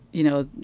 you know,